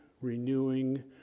renewing